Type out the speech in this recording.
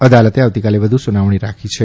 અદાલતે આવતીકાલે વધુ સુનાવણી રાખી છે